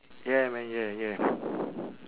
yeah man yeah yeah